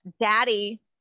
daddy